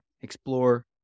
Explore